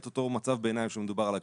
את אותו מצב ביניים שמדובר עליו כאן.